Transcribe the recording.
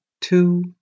two